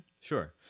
sure